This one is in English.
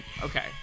Okay